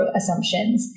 assumptions